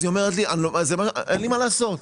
אז היא אומרת לי אין לי מה לעשות.